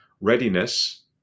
Readiness